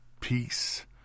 peace